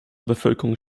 bevölkerung